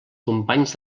companys